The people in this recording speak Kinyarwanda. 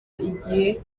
igihe